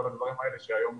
וכל הדברים האלה שהיום